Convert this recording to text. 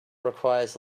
requires